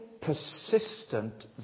persistent